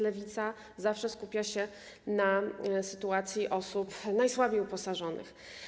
Lewica zawsze skupia się na sytuacji osób najsłabiej uposażonych.